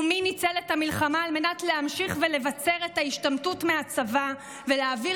ומי ניצל את המלחמה על מנת להמשיך ולבצר את ההשתמטות מהצבא ולהעביר